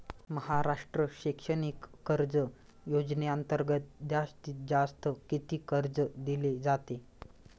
महाराष्ट्र शैक्षणिक कर्ज योजनेअंतर्गत जास्तीत जास्त किती कर्ज दिले जाते?